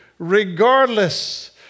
Regardless